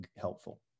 helpful